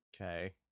Okay